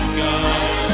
god